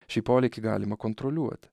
šį polėkį galima kontroliuoti